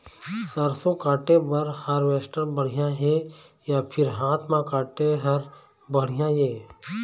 सरसों काटे बर हारवेस्टर बढ़िया हे या फिर हाथ म काटे हर बढ़िया ये?